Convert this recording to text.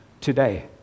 today